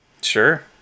Sure